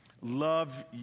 Love